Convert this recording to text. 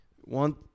one